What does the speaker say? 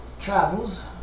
travels